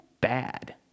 bad